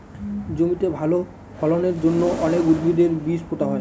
জমিতে ভালো ফলনের জন্য অনেক উদ্ভিদের বীজ পোতা হয়